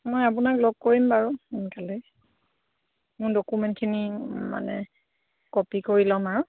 মই আপোনাক লগ কৰিম বাৰু সোনকালে মোৰ ডকুমেণ্টখিনি মানে কপি কৰি ল'ম আৰু